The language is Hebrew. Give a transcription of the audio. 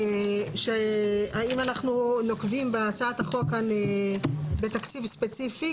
האם אנחנו נוקבים בהצעת החוק כאן בתקציב ספציפי,